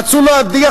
רצו להדיח,